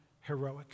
heroic